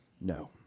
No